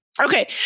okay